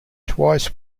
twice